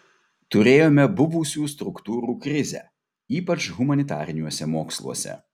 turėjome buvusių struktūrų krizę ypač humanitariniuose moksluose